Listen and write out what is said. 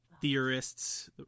Theorists